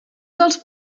dels